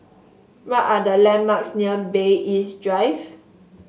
what are the landmarks near Bay East Drive